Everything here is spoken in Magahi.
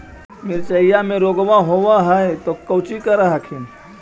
मिर्चया मे रोग्बा होब है तो कौची कर हखिन?